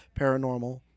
paranormal